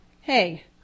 hey